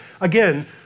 Again